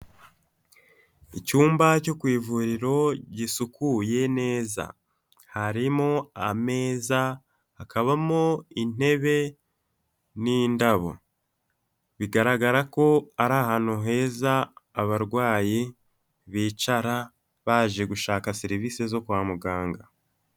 Icyumba cyo ku ivuriro gisukuye neza, harimo ameza, hakabamo intebe n'indabo, bigaragara ko ari ahantu heza abarwayi bicara baje gushaka serivisi zo kwa muganga.